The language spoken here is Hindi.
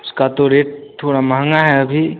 उसका तो रेट थोड़ा महँगा है अभी